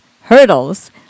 hurdles